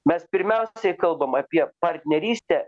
mes pirmiausiai kalbam apie partnerystę